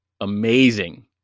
amazing